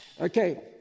Okay